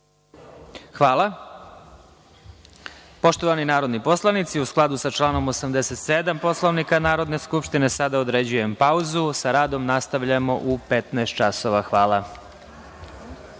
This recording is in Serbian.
Hvala. Poštovani narodni poslanici, u skladu sa članom 87. Poslovnika Narodne skupštine, sada određujem pauzu. Sa radom nastavljamo u 15.00 časova. Hvala.(Posle